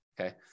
okay